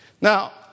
Now